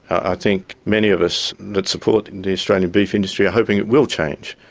i think many of us that support the australian beef industry are hoping it will change,